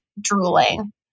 drooling